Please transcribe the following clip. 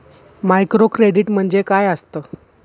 Microcredit म्हणजे काय असतं?